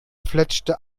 fletschte